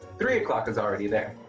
three o'clock is already there.